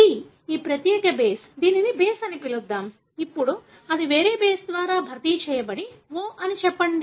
కాబట్టి C ఈ ప్రత్యేక బేస్ దీనిని బేస్ అని పిలుద్దాం ఇప్పుడు అది వేరే బేస్ ద్వారా భర్తీ చేయబడి O అని చెప్పండి